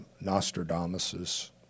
Nostradamus